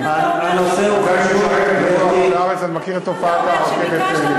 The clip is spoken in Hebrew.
אני מכיר את תופעת הרכבת,